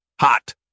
Hot